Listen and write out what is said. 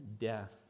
death